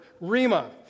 rima